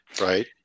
Right